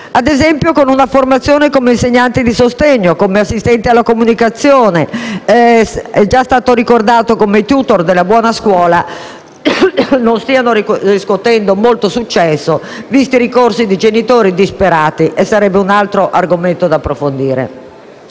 ad esempio, con una formazione come insegnante di sostegno, come assistente alla comunicazione. È già stato ricordato come i *tutor* della cosiddetta buona scuola, non stiano riscuotendo molto successo, visti i ricorsi di genitori disperati. E sarebbe questo un altro argomento da approfondire.